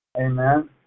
Amen